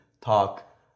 talk